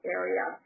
area